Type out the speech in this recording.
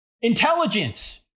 intelligence